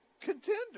contender